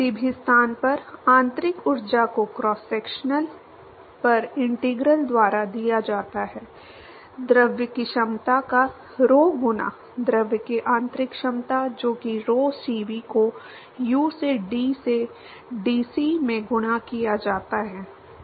किसी भी स्थान पर आंतरिक ऊर्जा को क्रॉस सेक्शन पर इंटीग्रल द्वारा दिया जाता है द्रव की क्षमता का rho गुना द्रव की आंतरिक क्षमता जो कि rho Cv को u से T से dc में गुणा किया जाता है दाएं